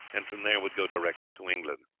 and from there would go direct to england.